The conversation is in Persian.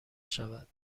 شود